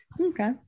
Okay